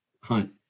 hunt